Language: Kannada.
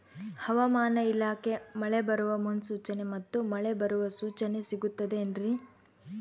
ಹವಮಾನ ಇಲಾಖೆ ಮಳೆ ಬರುವ ಮುನ್ಸೂಚನೆ ಮತ್ತು ಮಳೆ ಬರುವ ಸೂಚನೆ ಸಿಗುತ್ತದೆ ಏನ್ರಿ?